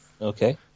Okay